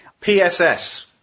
PSS